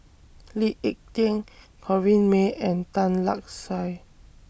Lee Ek Tieng Corrinne May and Tan Lark Sye